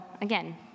again